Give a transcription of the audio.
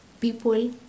people